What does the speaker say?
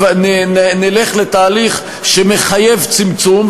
נלך לתהליך שמחייב צמצום,